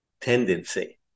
tendency